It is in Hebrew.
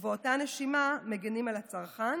ובאותה נשימה מגינים על הצרכן?